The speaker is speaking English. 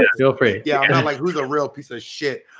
feel free. yeah. i'm like, who's a real piece of shit